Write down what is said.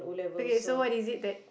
okay so what is it that